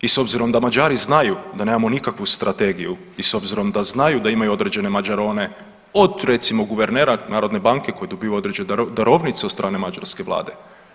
I s obzirom da Mađari znaju da nemamo nikakvu strategiju i s obzirom da znaju da imaju određene Mađarone od recimo guvernera Narodne banke koji dobiva određenu darovnicu od strane mađarske vlade.